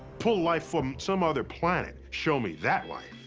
pull life from some other planet. show me that life.